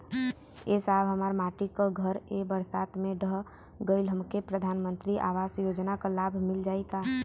ए साहब हमार माटी क घर ए बरसात मे ढह गईल हमके प्रधानमंत्री आवास योजना क लाभ मिल जाई का?